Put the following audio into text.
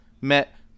met